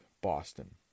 Boston